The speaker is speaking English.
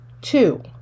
Two